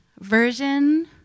version